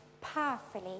powerfully